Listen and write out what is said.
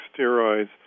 steroids